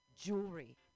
jewelry